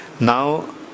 Now